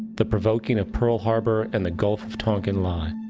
the provoking of pearl harbor and the gulf of tonkin lie.